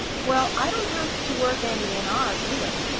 well, i don't have to work any in oz, either,